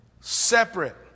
Separate